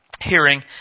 hearing